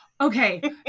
Okay